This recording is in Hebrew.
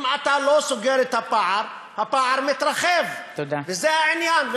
אם אתה לא סוגר את הפער, הפער מתרחב, וזה העניין.